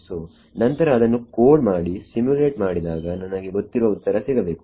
ಸೋನಂತರ ಅದನ್ನು ಕೋಡ್ ಮಾಡಿ ಸಿಮ್ಯುಲೇಟ್ ಮಾಡಿದಾಗ ನನಗೆ ಗೊತ್ತಿರುವ ಉತ್ತರ ಸಿಗಬೇಕು